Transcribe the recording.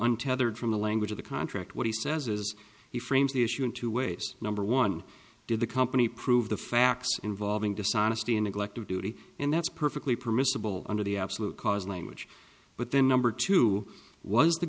untethered from the language of the contract what he says is he frames the issue in two ways number one did the company prove the facts involving dishonesty in neglect of duty and that's perfectly permissible under the absolute cause language but then number two was the